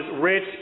rich